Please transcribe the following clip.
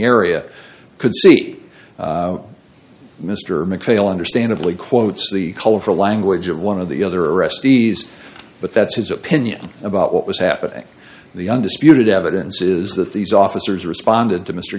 area could see mr macphail understandably quotes the colorful language of one of the other arrestees but that's his opinion about what was happening the undisputed evidence is that these officers responded to mr